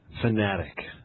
fanatic